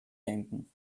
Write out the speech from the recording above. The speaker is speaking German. denken